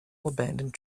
abandoned